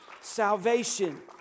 salvation